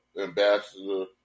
Ambassador